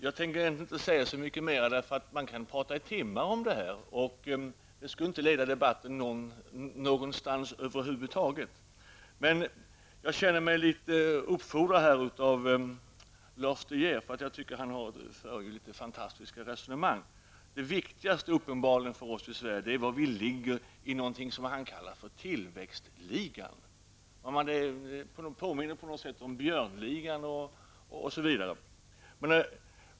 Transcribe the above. Jag tänker inte säga så mycket mer, därför att man kan prata om detta i timmar och det skulle över huvud taget inte leda debatten någonstans. Jag känner mig litet uppfordrad av Lars De Geer eftersom han för litet fantastiska resonemang. Det viktigaste för oss i Sverige är uppenbarligen var vi ligger i någonting som han kallar tillväxtligan. Det påminner på något sätt om björnligan.